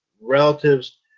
relatives